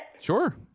Sure